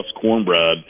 cornbread